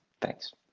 Thanks